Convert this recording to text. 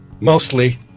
Mostly